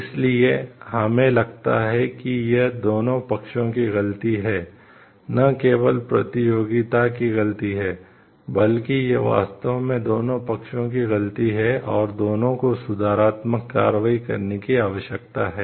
इसलिए हमें लगता है कि यह दोनों पक्षों की गलती है न केवल प्रतियोगिता की गलती है बल्कि यह वास्तव में दोनों पक्षों की गलती है और दोनों को सुधारात्मक कार्रवाई करने की आवश्यकता है